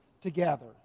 together